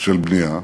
של בנייה,